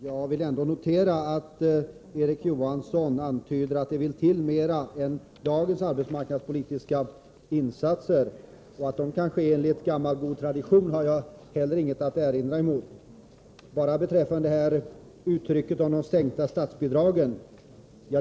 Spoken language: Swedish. Herr talman! Jag noterar att Erik Johansson antyder att det vill mera till än dagens arbetsmarknadspolitiska åtgärder. Att de tillkommande insatserna görs enligt gammal god tradition har jag ingenting att erinra emot. Erik Johansson talade om sänkta statsbidrag.